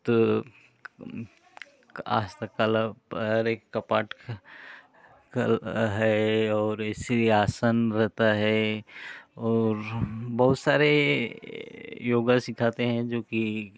तो आस्था कला कपाट कला है और इसी आसन रहता है और बहुत सारे योग सिखाते हैं जो कि